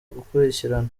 gukurikirana